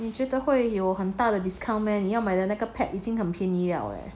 你觉得会有很大的 discount meh 你要买的那个 pad 已经很便宜了 leh